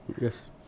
Yes